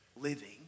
living